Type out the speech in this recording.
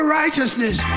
righteousness